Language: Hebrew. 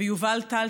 ויובל טל,